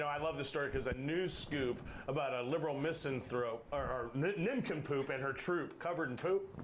i love this story, because a news scoop about a liberal misanthrope, or nincompoop and her troop covered in poop.